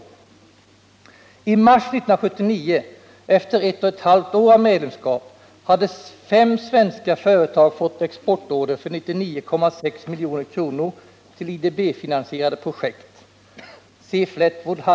I mars 1979, efter ett och ett halvt år av medlemskap, hade 5 svenska företag fått exportorder för 99,6 milj kr till IDB-finansierade projekt .